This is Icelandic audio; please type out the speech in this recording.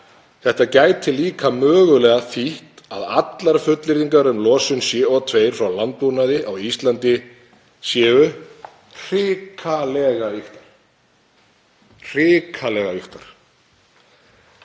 Þetta gæti líka mögulega þýtt að allar fullyrðingar um losun CO2 frá landbúnaði á Íslandi séu hrikalega ýktar.“ Þetta